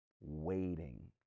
Waiting